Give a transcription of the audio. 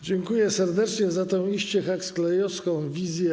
Dziękuję serdecznie za tę iście huxlejowską wizję.